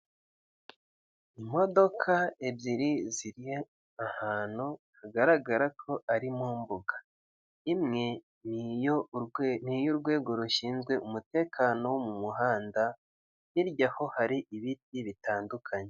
Imodoka ebyiri ziri ahantu bigaragara ko ari mu mbuga, imwe ni iy'urwego rushinzwe umutekano mu muhanda, hirya ho hari ibiti bitandukanye.